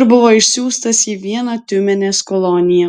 ir buvo išsiųstas į vieną tiumenės koloniją